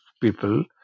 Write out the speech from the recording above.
people